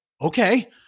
okay